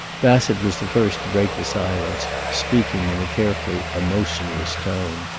bassett was the first to break the silence, speaking in a carefully emotionless tone.